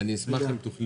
אני מאגף תקציבים